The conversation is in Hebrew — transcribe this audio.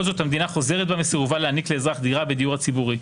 זאת המדינה חוזרת בה מסירובה להעניק לאזרח דירה בדיור הציבורי,